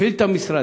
הפעיל את המשרד,